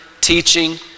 teaching